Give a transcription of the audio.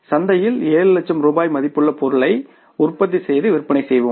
சந்தையில் 7 லட்சம் ரூபாய் மதிப்புள்ள பொருளை உற்பத்தி செய்து விற்பனை செய்வோம்